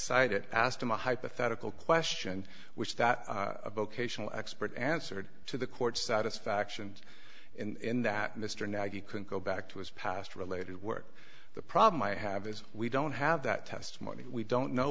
it asked him a hypothetical question which that a vocational expert answered to the court satisfaction in that mr now he can go back to his past related work the problem i have is we don't have that testimony we don't know